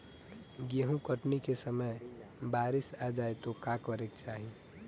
गेहुँ कटनी के समय बारीस आ जाए तो का करे के चाही?